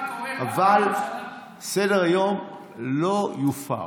אבל סדר-היום לא יופר.